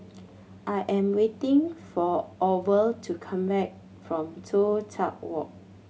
I am waiting for Orval to come back from Toh Tuck Walk